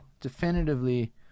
definitively